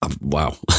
wow